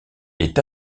est